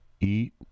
Eat